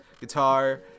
guitar